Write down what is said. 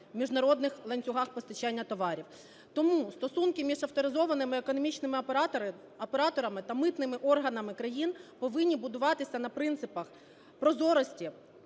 в міжнародних ланцюгах постачання товарів. Тому стосунки між авторизованими економічними операторами та митними органами країн повинні будуватися на принципах прозорості,